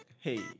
Hey